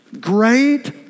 great